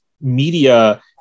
media